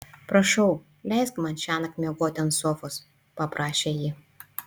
prašau leisk man šiąnakt miegoti ant sofos paprašė ji